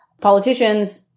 politicians